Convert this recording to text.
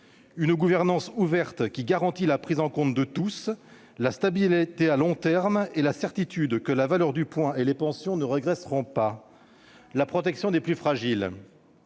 une gouvernance ouverte qui garantira la prise en compte de tous, la stabilité à long terme et la certitude que la valeur du point et les pensions ne régresseront pas ; la protection des plus fragiles,